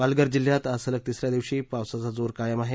पालघर जिल्ह्यात आज सलग तिसऱ्या दिवशीही पावसाचा जोर कायम आहे